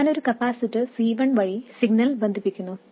ഞാൻ ഒരു capacitor C1 വഴി സിഗ്നൽ ബന്ധിപ്പിക്കുന്നു